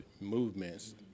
movements